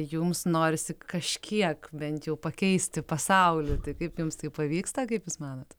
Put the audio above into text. jums norisi kažkiek bent jau pakeisti pasaulį tai kaip jums tai pavyksta kaip jūs manot